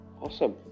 awesome